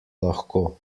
lahko